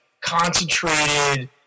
concentrated